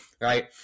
right